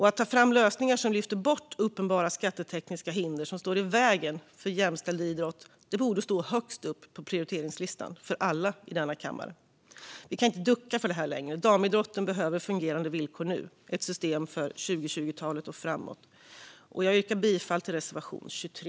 Att ta fram lösningar som lyfter bort uppenbara skattetekniska hinder som står i vägen för en jämställd idrott borde stå högst upp på prioriteringslistan för alla i denna kammare. Vi kan inte ducka för det här längre. Damidrotten behöver fungerande villkor nu - ett system för 2020-talet och framåt. Jag yrkar bifall till reservation 23.